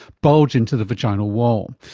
bulge into the vaginal wall.